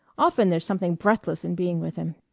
often there's something breathless in being with him.